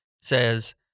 says